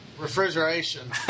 refrigeration